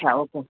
अच्छा ओके